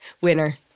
Winner